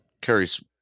carries